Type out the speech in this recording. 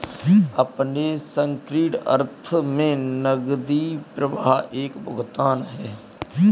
अपने संकीर्ण अर्थ में नकदी प्रवाह एक भुगतान है